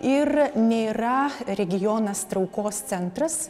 ir nėra regionas traukos centras